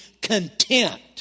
content